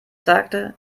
sagte